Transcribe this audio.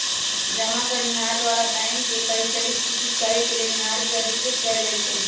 जमा करनिहार द्वारा बैंक के पहिलहि सूचित करेके लेनिहार के अधिकृत कएल जाइ छइ